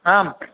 आम्